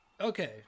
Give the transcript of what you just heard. Okay